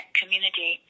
community